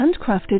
handcrafted